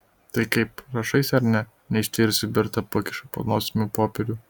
tai kaip rašaisi ar ne neištvėrusi berta pakiša po nosimi popierių